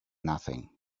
nothing